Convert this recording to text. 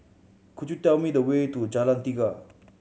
could you tell me the way to Jalan Tiga